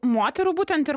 moterų būtent ir